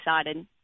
excited